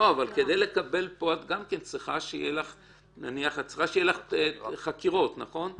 אבל כדי לקבל פה, את צריכה שיהיו לך חקירות, נכון?